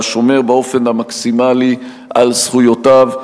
והשומר באופן המקסימלי על זכויותיו,